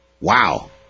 Wow